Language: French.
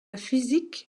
physique